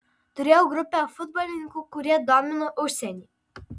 turėjau grupę futbolininkų kurie domino užsienį